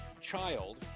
child